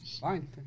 fine